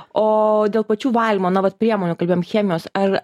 o dėl pačių valymo na vat priemonių kalbėjom chemijos ar